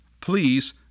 please